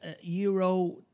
Euro